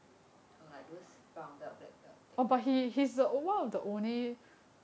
or like those brown belt black belt technique